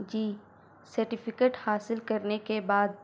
جی certificate حاصل کرنے کے بعد